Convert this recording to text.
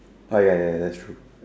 oh ya ya that's true